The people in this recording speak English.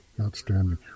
Outstanding